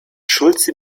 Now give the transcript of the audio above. schulze